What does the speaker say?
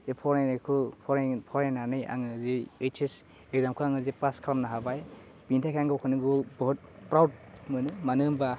बे फरायनायखौ फराय फरायनानै आङो जे ओइचएस एक्जामखौ आङो जे पास खालामनो हाबाय बिनि थाखाय आं गावखौनो गाव बहत प्राउट मोनो मानो होनबा